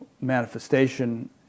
manifestation